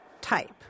type